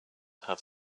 have